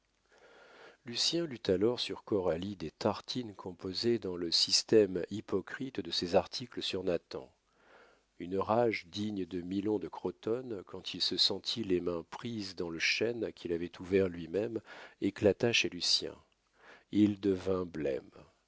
rôle lucien lut alors sur coralie des tartines composées dans le système hypocrite de ses articles sur nathan une rage digne de milon de crotone quand il se sentit les mains prises dans le chêne qu'il avait ouvert lui-même éclata chez lucien il devint blême